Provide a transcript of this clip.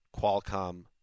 Qualcomm